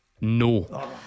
No